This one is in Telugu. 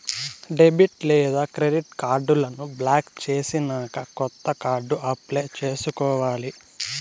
డెబిట్ లేదా క్రెడిట్ కార్డులను బ్లాక్ చేసినాక కొత్త కార్డు అప్లై చేసుకోవాలి